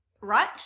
right